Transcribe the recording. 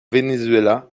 venezuela